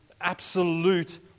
absolute